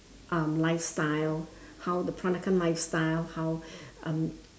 um lifestyle how the peranakan lifestyle how um